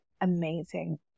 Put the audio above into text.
amazing